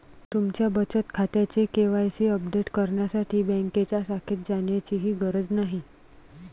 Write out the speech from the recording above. तुमच्या बचत खात्याचे के.वाय.सी अपडेट करण्यासाठी बँकेच्या शाखेत जाण्याचीही गरज नाही